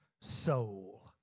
soul